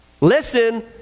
Listen